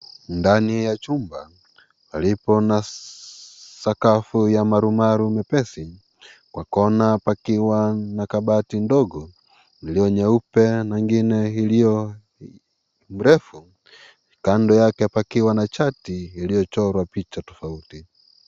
Ndani ya chumba palipo na sakafu ya marumaru nyepesi kwa kona pakiwa na kabati ndogo ilio nyeupe na nyingine ilio mrefu. Kando yake pakiwa na chati ilio chorwa picha tofauti.